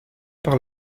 par